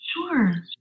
Sure